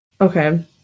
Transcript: Okay